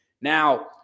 Now